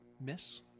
miss